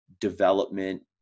development